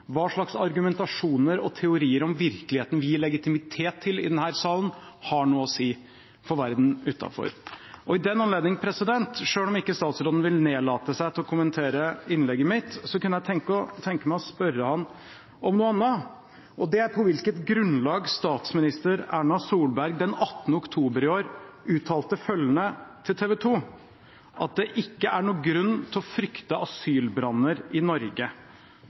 hva slags argumentasjoner og teorier om virkeligheten vi gir legitimitet til i denne salen, har noe å si for verden utenfor. I den anledning – selv om ikke statsråden vil nedlate seg til å kommentere innlegget mitt – kunne jeg tenke meg å spørre ham om noe annet, og det er på hvilket grunnlag statsminister Erna Solberg den 18. oktober i år uttalte til TV 2 at det ikke er noen grunn til å frykte asylbranner i Norge,